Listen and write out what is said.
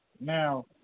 now